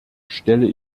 stelle